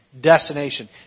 Destination